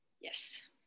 Yes